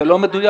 זה לא מדויק.